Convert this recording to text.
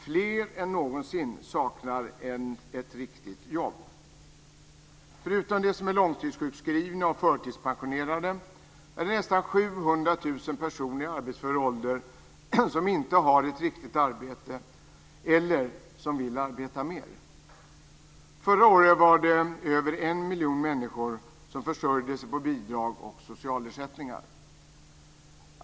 Fler än någonsin saknar ett riktigt jobb. Förutom de som är långtidssjukskrivna och förtidspensionerade är det nästan 700 000 personer i arbetsför ålder som inte har ett riktigt arbete eller som vill arbeta mer. Förra året var det över 1 miljon människor som försörjde sig på bidrag och socialersättningar.